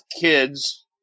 kids